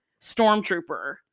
Stormtrooper